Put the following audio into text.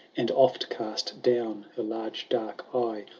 and oft cast down her large dark eye.